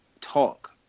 talk